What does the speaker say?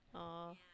oh